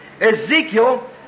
Ezekiel